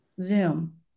zoom